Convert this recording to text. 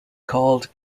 called